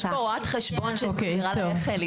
יש פה רואת חשבון שמסבירה איך להסתכל.